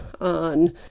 on